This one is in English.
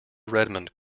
redmond